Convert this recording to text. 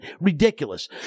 Ridiculous